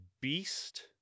beast